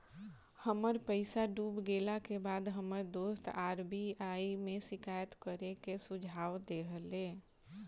हमर पईसा डूब गेला के बाद हमर दोस्त आर.बी.आई में शिकायत करे के सुझाव देहले